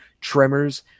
tremors